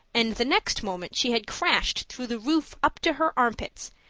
and the next moment she had crashed through the roof up to her armpits,